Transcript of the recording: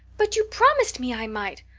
but you promised me i might!